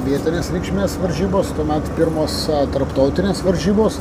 vietinės reikšmės varžybos tuomet pirmos tarptautinės varžybos